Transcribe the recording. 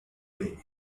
bay